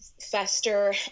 fester